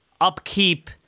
upkeep